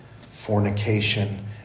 fornication